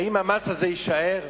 האם המס הזה יישאר?